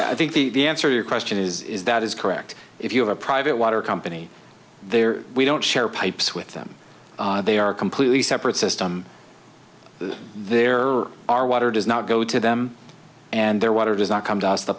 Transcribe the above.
i think the answer your question is is that is correct if you have a private water company there we don't share pipes with them they are completely separate system there are water does not go to them and their water does not come to us the